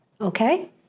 Okay